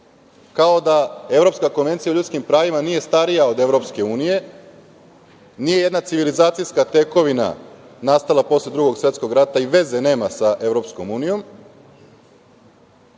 kao da Evropska konvencija o ljudskim pravima nije starija o starija od EU, nije jedna civilizacijska tekovina nastala posle Drugog svetskog rata i veze nema sa EU, ali